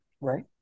Right